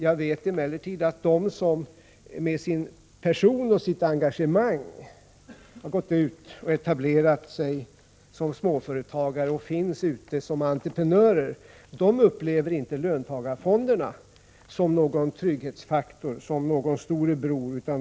Jag vet emellertid att de som med personligt engagemang har etablerat sig som småföretagare och finns ute i näringslivet som entreprenörer inte upplever löntagarfonderna som någon trygghetsfaktor eller storebror.